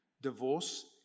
Divorce